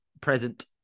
present